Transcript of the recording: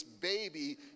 baby